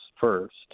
first